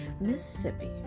Mississippi